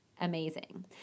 amazing